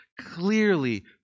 clearly